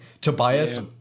Tobias